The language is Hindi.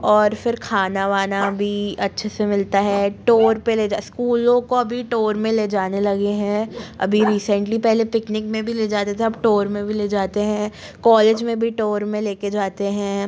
और फिर खाना वाना भी अच्छे से मिलता है टोर पर ले स्कूलों को अभी टोर में ले जाने लगे हैं अभी रीसेंटली पहले पिकनिक में भी ले जाते थे अब टोर में भी ले जाते हैं कॉलेज में भी टोर में ले कर जाते हैं